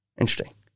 Interesting